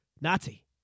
Nazi